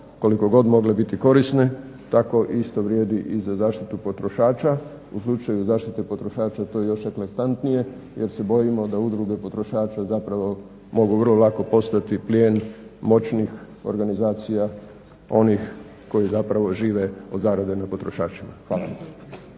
koliko god mogle biti korisne tako isto vrijedi i za zaštitu potrošača. Uključuju zaštite potrošača, to je još eklatantnije jer se bojimo da udruge potrošača zapravo mogu vrlo lako postati plijen moćnih organizacija onih koji zapravo žive od zarade na potrošačima. Hvala.